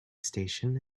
station